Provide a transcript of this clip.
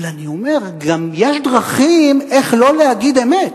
אבל אני אומר: גם יש דרכים איך לא להגיד אמת.